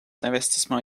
d’investissements